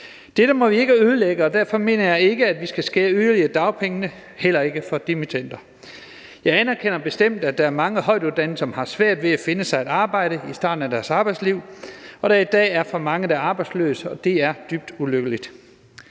Dette må vi ikke ødelægge, og derfor mener jeg ikke, at vi skal skære yderligere i dagpengene, heller ikke for dimittender. Jeg anerkender bestemt, at der er mange højtuddannede, som har svært ved at finde sig et arbejde i starten af deres arbejdsliv, og at der i dag er for mange, der er arbejdsløse, og det er dybt ulykkeligt.